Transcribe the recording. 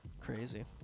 Crazy